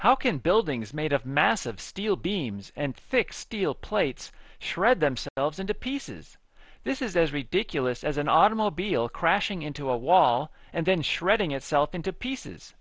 how can buildings made of massive steel beams and thick steel plates shred themselves into pieces this is as ridiculous as an automobile crashing into a wall and then shredding itself into pieces